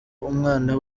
umwana